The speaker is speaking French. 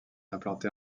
implanté